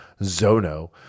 Zono